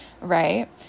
right